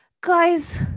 guys